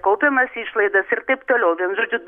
kaupiamas išlaidas ir taip toliau vienu žodžiu